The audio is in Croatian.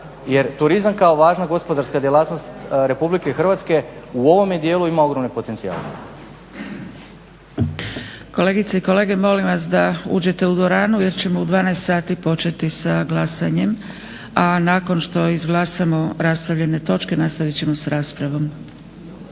Jer turizam kao važna gospodarska djelatnost Republike Hrvatske u ovome dijelu ima ogroman potencijal. **Zgrebec, Dragica (SDP)** Kolegice i kolege, molim vas da uđete u dvoranu jer ćemo u 12,00 sati početi sa glasanjem, a nakon što izglasamo raspravljene točke nastavit ćemo sa raspravom.